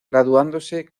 graduándose